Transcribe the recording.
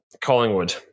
Collingwood